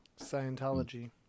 Scientology